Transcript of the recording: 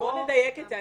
-- בוא נדייק את זה.